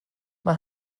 man